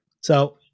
So-